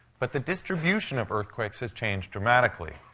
but the distribution of earthquakes has changed dramatically.